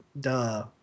Duh